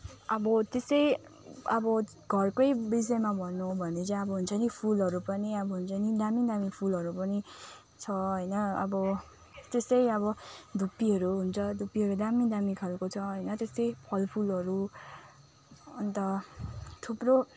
अब त्यसै अब घरकै विषयमा भन्नु हो भने चाहिँ अब हुन्छ नि फुलहरू पनि अब हुन्छ नि दामी दामी फुलहरू पनि छ होइन अब त्यस्तै अब धुप्पीहरू हुन्छ धुप्पीहरू दामी दामी खालको छ होइन त्यस्तौ फलफुलहरू अन्त थुप्रो